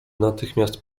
natychmiast